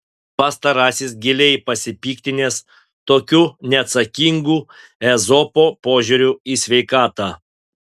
pastarasis giliai pasipiktinęs tokiu neatsakingu ezopo požiūriu į sveikatą